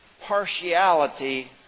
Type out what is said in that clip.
partiality